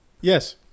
Yes